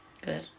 Good